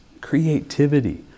creativity